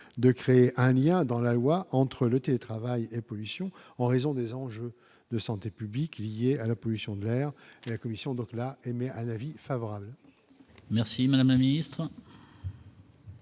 de créer un lien dans la loi entre le télétravail et pollution, en raison des enjeux de santé publique liés à la pollution de l'air, la commission donc là, mais à l'avis favorable. Merci madame la ministre.